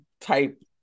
type